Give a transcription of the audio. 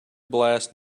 blast